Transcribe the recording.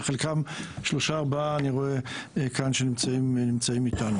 שחלקם נמצאים כאן אתנו.